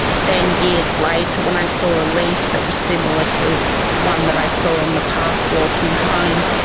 then years later when i saw a leaf that was similar to one that i saw on the path walking home,